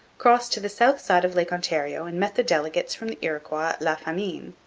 crossed to the south side of lake ontario and met the delegates from the iroquois at la famine,